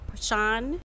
Sean